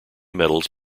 metals